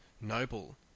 Noble